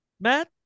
Matt